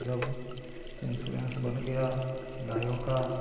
जब इन्सोरेंस बन गया गायों का